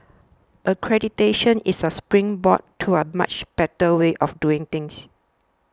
accreditation is a springboard to a much better way of doing things